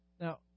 Now